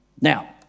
Now